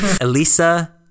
Elisa